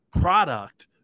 Product